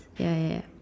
ya ya ya